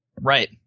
Right